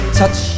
touch